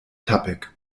tappig